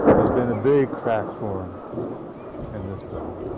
there's been a big crack formed in this building.